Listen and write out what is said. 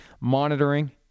monitoring